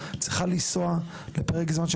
צריכה ליסוע למרתון של פגישות לפרק זמן של